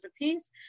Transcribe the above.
apiece